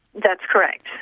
that's correct.